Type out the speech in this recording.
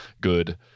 good